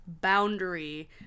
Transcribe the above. boundary